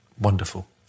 wonderful